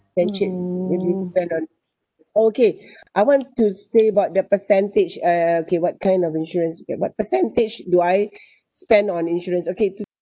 friendship if we spend on okay I want to say about the percentage uh okay what plan of insurance okay but percentage do I spend on insurance okay to